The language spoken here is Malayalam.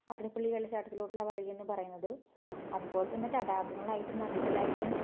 അതിരപ്പള്ളി വെള്ളച്ചാട്ടത്തിലോട്ടുള്ള വഴിയെന്നു പറയുന്നത് അതുപോലെ തന്നെ തടാകങ്ങളായിട്ടും നദികളായിട്ടും